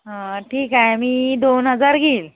ठीक आहे मी दोन हजार घेईल